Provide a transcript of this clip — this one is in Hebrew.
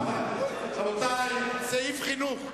רבותי, סעיף חינוך.